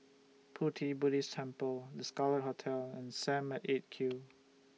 Pu Ti Buddhist Temple The Scarlet Hotel and SAM At eight Q